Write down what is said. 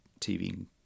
TV